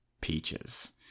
peaches